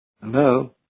Hello